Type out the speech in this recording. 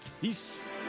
Peace